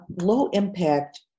low-impact